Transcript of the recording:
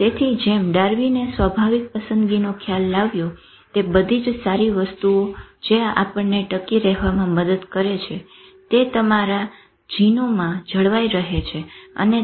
તેથી જેમ ડાર્વિનએ સ્વાભાવિક પસંદગીનો ખ્યાલ લાવ્યો તે બધી જ સારી વસ્તુઓ જે આપણને ટકી રહેવામાં મદદ કરે છે તે તમારા જીનોમાં જળવાઈ રહે છે અને